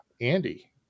Andy